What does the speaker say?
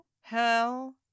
Hell